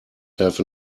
have